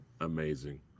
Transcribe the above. Amazing